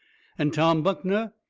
and tom buckner,